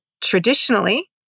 traditionally